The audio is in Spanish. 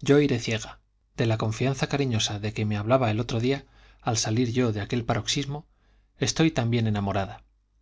yo iré ciega de la confianza cariñosa de que me hablaba el otro día al salir yo de aquel paroxismo estoy también enamorada